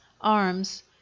arms